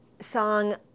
song